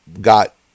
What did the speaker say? got